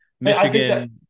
Michigan –